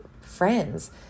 friends